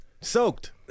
Soaked